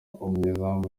umunyezamu